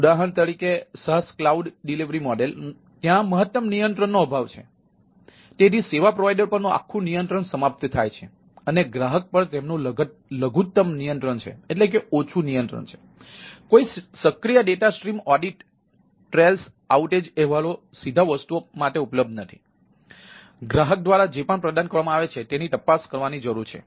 ઉદાહરણ તરીકે SaaS cloud delivery model અહેવાલો સીધા વસ્તુઓ માટે ઉપલબ્ધ નથી ગ્રાહક દ્વારા જે પણ પ્રદાન કરવામાં આવે છે તેની તપાસ કરવાની જરૂર છે